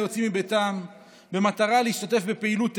יוצאים מביתם במטרה להשתתף בפעילות טרור,